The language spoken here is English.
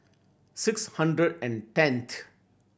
six hundred and tenth